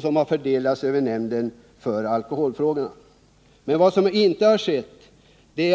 som har fördelats av nämnden för alkoholfrågor, möjliggjort en form av försöksverksamhet.